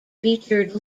featured